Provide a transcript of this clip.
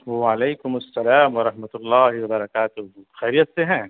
وعلیکم السلام و رحمت اللہ وبرکات خیریت سے ہیں